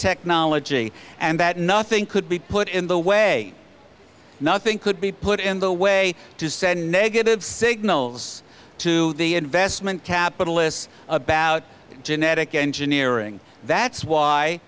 technology and that nothing could be put in the way nothing could be put in the way to send negative signals to the investment capital is about genetic engineering that's why